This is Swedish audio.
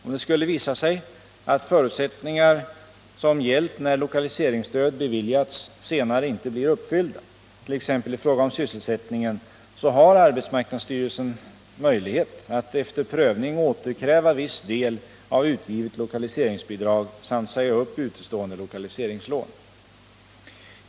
Om det skulle visa sig att förutsättningar som gällt när lokaliseringsstöd beviljats senare inte blir uppfyllda, t.ex. i fråga om sysselsättningen, har arbetsmarknadsstyrelsen möjlighet att efter prövning återkräva viss del av utgivet lokaliseringsbidrag samt säga upp utestående lokaliseringslån.